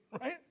Right